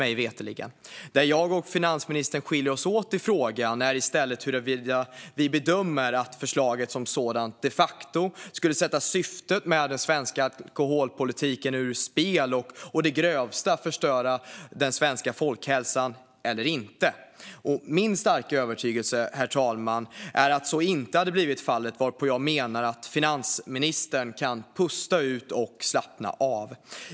Den fråga där jag och finansministern skiljer oss åt är i stället huruvida vi bedömer att förslaget som sådant de facto skulle sätta syftet med den svenska alkoholpolitiken ur spel och å det grövsta förstöra den svenska folkhälsan eller inte. Min starka övertygelse, herr talman, är att så inte hade blivit fallet. Jag menar att finansministern kan pusta ut och slappna av.